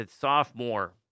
sophomore